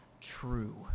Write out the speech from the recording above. true